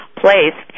place